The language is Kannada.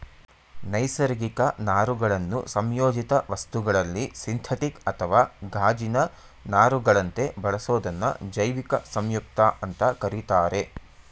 ನೈಸರ್ಗಿಕ ನಾರುಗಳನ್ನು ಸಂಯೋಜಿತ ವಸ್ತುಗಳಲ್ಲಿ ಸಿಂಥೆಟಿಕ್ ಅಥವಾ ಗಾಜಿನ ನಾರುಗಳಂತೆ ಬಳಸೋದನ್ನ ಜೈವಿಕ ಸಂಯುಕ್ತ ಅಂತ ಕರೀತಾರೆ